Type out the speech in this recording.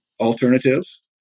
Alternatives